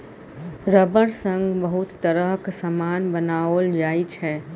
rubber सँ बहुत तरहक समान बनाओल जाइ छै